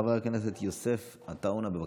חבר הכנסת יוסף עטאונה, בבקשה.